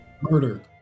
Murder